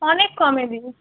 অনেক কমে দিই